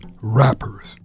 rappers